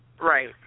Right